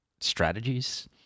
strategies